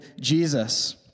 Jesus